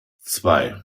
zwei